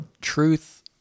truth